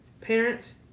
parents